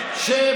מתביישים?